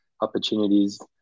opportunities